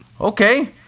Okay